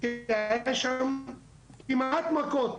היו שם כמעט מכות,